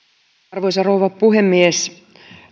arvoisa rouva puhemies